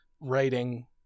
writing